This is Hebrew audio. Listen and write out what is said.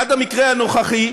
עד המקרה הנוכחי,